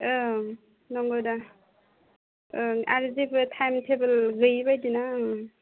ओं नंगौ दा ओं आरो जेबो टाइम टेबोल गैयिबायदिना